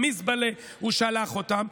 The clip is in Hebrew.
למזבלה הוא שלח אותם,